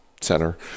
Center